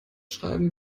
schreiben